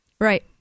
Right